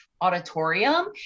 auditorium